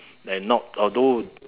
and not although